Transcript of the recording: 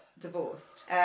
divorced